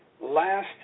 last